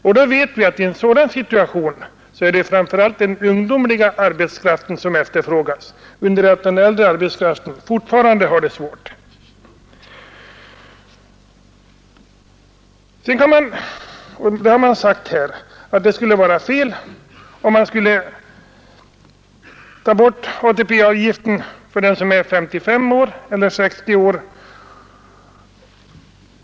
Vi vet att i en sådan situation är det framför allt den ungdomliga arbetskraften som efterfrågas, under det att den äldre fortfarande har det svårt. Man har sagt att det skulle vara fel att ta bort ATP-avgiften för den som är 55 år eller 60 år.